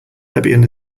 debian